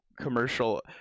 commercial